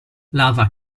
lava